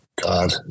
god